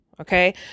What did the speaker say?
Okay